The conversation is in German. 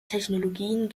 technologien